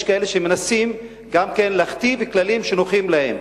יש כאלה שגם מנסים להכתיב כללים שנוחים להם.